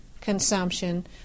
consumption